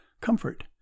comfort